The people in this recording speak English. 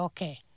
Okay